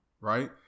right